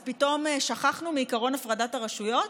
אז פתאום שכחנו מעקרון הפרדת הרשויות?